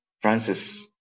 francis